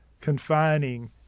confining